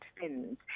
fins